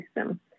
system